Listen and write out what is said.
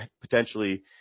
potentially